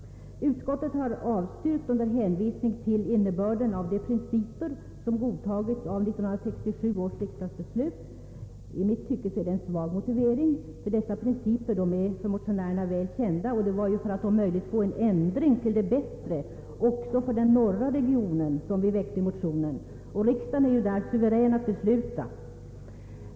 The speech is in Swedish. Utskottet har avstyrkt motionerna under hänvisning till innebörden av de principer som har godtagits i 1967 års riksdagsbeslut rörande riktlinjerna för luftfartsverkets verksamhet och organisation. I mitt tycke är det en svag motivering, ty dessa principer är av motionärerna väl kända, och det var ju för att om möjligt få en ändring till det bättre också för den norra regionen som vi väckte motionerna. Riksdagen är ju suverän att besluta.